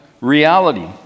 reality